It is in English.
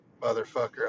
motherfucker